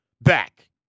back